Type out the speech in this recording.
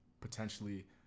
potentially